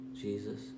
Jesus